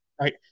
right